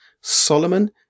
Solomon